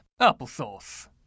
applesauce